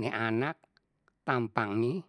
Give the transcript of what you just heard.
ni anak tampangnye.